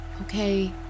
Okay